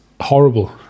horrible